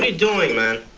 ah doing, man?